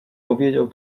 powiedział